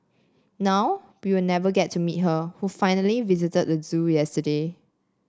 now we will never get to meet her who finally visited the zoo yesterday